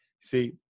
See